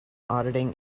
auditing